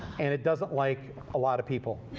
and it doesn't like a lot of people.